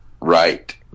right